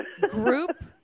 Group